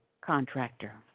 contractor